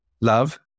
Love